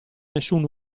nessun